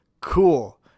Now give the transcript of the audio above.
cool